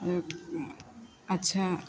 अच्छा